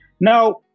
Now